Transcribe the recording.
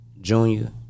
junior